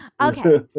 Okay